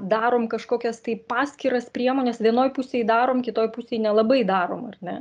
darom kažkokias tai paskiras priemones vienoj pusėj darom kitoj pusėj nelabai darom ar ne